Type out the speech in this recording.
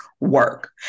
work